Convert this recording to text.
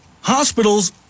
Hospitals